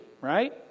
right